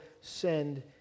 send